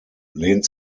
lehnt